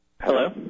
Hello